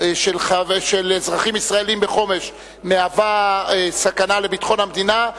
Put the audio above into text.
של אזרחים ישראלים בחומש מהווה סכנה לביטחון המדינה,